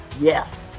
Yes